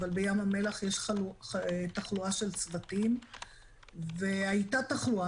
אבל בים המלח יש תחלואה של צוותים והייתה תחלואה.